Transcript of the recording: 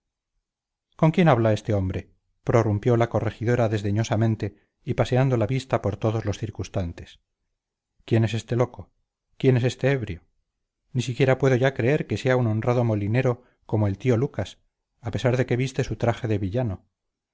con quién habla este hombre prorrumpió la corregidora desdeñosamente y pasando la vista por todos los circunstantes quién es este loco quién es este ebrio ni siquiera puedo ya creer que sea un honrado molinero como el tío lucas a pesar de que viste su traje de villano